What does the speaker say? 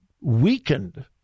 weakened